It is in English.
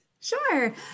Sure